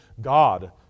God